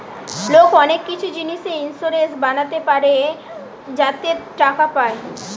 লোক অনেক কিছু জিনিসে ইন্সুরেন্স বানাতে পারে যাতে টাকা পায়